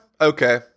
Okay